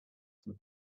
from